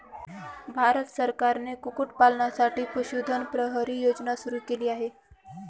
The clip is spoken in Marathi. भारत सरकारने कुक्कुटपालनासाठी पशुधन प्रहरी योजना सुरू केली आहे